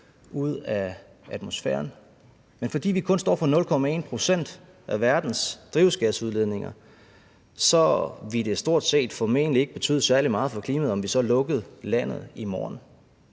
ud af atmosfæren. Men fordi vi kun står for 0,1 pct. af verdens drivhusgasudledninger, vil det formentlig stort set ikke betyde særlig meget for klimaet, om vi så lukkede landet i morgen.